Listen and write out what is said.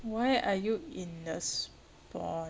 why are you in the spawn